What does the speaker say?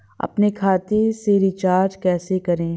अपने खाते से रिचार्ज कैसे करें?